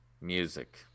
Music